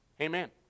Amen